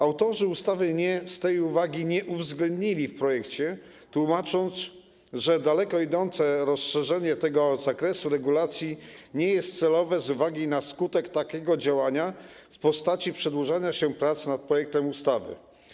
Autorzy ustawy tej uwagi nie uwzględnili w projekcie, tłumacząc, że daleko idące rozszerzenie tego zakresu regulacji nie jest celowe z uwagi na skutek takiego działania w postaci przedłużania się prac nad projektem ustawy.